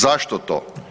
Zašto to?